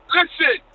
listen